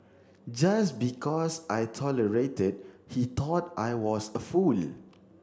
just because I tolerated he thought I was a fool